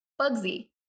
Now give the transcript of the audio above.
Bugsy